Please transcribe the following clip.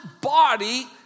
body